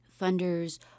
funders